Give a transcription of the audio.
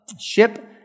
ship